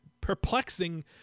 perplexing